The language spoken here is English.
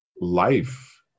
life